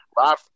Rob